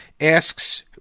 asks